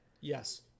Yes